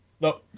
No